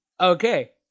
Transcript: Okay